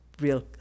real